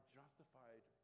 justified